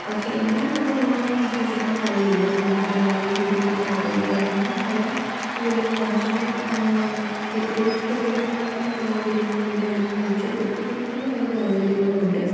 പക്ഷേ എല്ലാം നമുക്ക് പൂർണ്ണമായി വിശ്വസിക്കാൻ കഴിയില്ല ഈ ഈയൊരു സാഹചര്യത്തിലിറങ്ങുന്ന പല ഇതെല്ലാം മനുഷ്യനെ തെറ്റിദ്ധരിക്കപ്പെടുന്ന പല സാഹചര്യങ്ങളും ഉണ്ട് അല്ലെങ്കിൽ മനുഷ്യൻ തെറ്റിദ്ധരിക്കുന്ന പല സാഹചര്യങ്ങളുമുണ്ട്